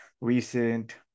recent